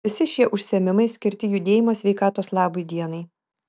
visi šie užsiėmimai skirti judėjimo sveikatos labui dienai